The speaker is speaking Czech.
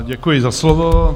Děkuji za slovo.